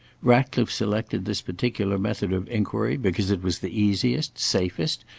ratcliffe selected this particular method of inquiry because it was the easiest, safest,